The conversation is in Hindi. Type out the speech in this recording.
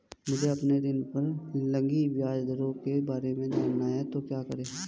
मुझे अपने ऋण पर लगी ब्याज दरों के बारे में जानना है तो क्या करें?